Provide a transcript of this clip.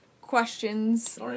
questions